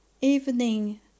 evening